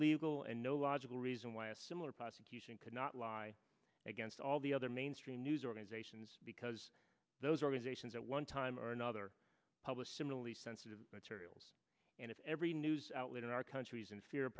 legal and no logical reason why a similar prosecution could not lie against all the other mainstream news organizations because those organizations at one time or another publish similarly sensitive materials and every news outlet in our country is in fear